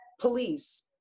police